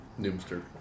Noomster